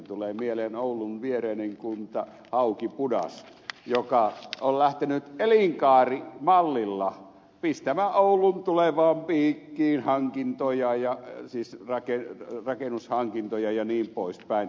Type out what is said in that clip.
tulee mieleen oulun viereinen kunta haukipudas joka on lähtenyt elinkaarimallilla pistämään oulun tulevaan piikkiin rakennushankintoja jnp